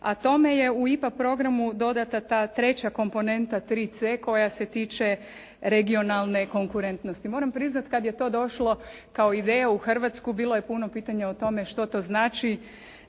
a tome je u IPA programu dodata ta treća komponenta 3C koja se tiče regionalne konkurentnosti. Moram priznati kad je to došla kao ideja u Hrvatsku bilo je puno pitanja o tome što to znači